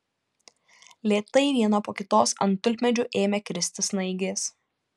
lėtai viena po kitos ant tulpmedžių ėmė kristi snaigės